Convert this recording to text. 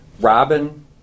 Robin